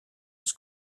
was